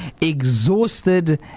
exhausted